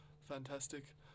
Fantastic